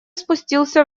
спустился